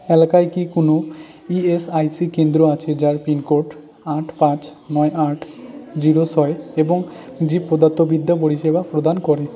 এলাকায় কি কোনো ই এস আই সি কেন্দ্র আছে যার পিনকোড আট পাঁচ নয় আট জিরো ছয় এবং জীবপদার্থবিদ্যা পরিষেবা প্রদান করে